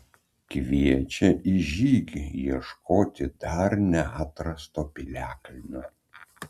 kviečia į žygį ieškoti dar neatrasto piliakalnio